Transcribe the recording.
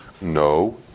No